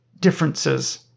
differences